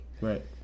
Right